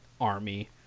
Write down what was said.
army